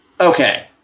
Okay